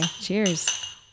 Cheers